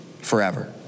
forever